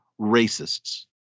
racists